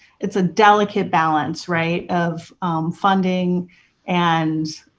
it's a delicate balance, right, of funding and